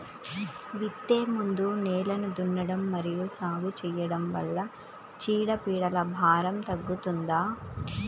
విత్తే ముందు నేలను దున్నడం మరియు సాగు చేయడం వల్ల చీడపీడల భారం తగ్గుతుందా?